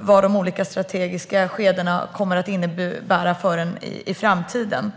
vad de olika strategiska skedena kommer att innebära i framtiden.